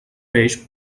peix